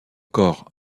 corps